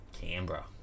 Canberra